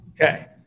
okay